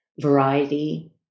variety